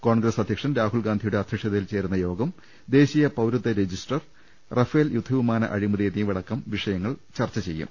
കോൺഗ്രസ് അധ്യക്ഷൻ രാഹുൽഗാന്ധിയുടെ അധ്യ ക്ഷതയിൽ ചേരുന്ന യോഗം ദേശീയ പൌരത്വ രജിസ്റ്റർ റഫേൽ യുദ്ധവിമാന അഴിമതി എന്നിവയടക്കം വിഷയ ങ്ങൾ ചർച്ച ചെയ്യും